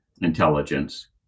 intelligence